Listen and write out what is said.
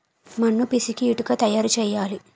మన్ను పిసికి ఇటుక తయారు చేయాలి